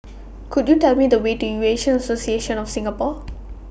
Could YOU Tell Me The Way to Eurasian Association of Singapore